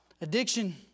Addiction